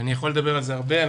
אני יכול לדבר על זה הרבה.